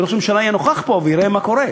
כי ראש הממשלה יהיה נוכח פה ויראה מה קורה.